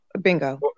Bingo